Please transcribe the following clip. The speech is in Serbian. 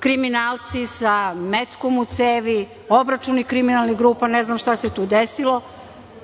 kriminalci sa metkom u cevi, obračuni kriminalnih grupa, ne znam šta se tu desilo,